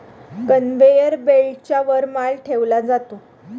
conveyor बेल्टच्या वर माल ठेवला जातो